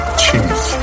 cheese